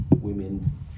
women